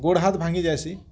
ଗୋଡ଼ ହାତ ଭାଙ୍ଗି ଯାଇସି